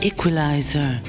Equalizer